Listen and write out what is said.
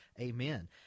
amen